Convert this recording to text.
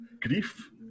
grief